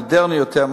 מודרני יותר,